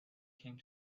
came